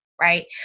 right